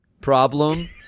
Problem